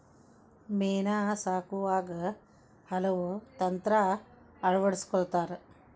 ಮೇನಾ ಸಾಕುವಾಗ ಹಲವು ತಂತ್ರಾ ಅಳವಡಸ್ಕೊತಾರ